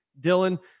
Dylan